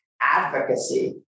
advocacy